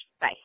Bye